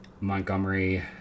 Montgomery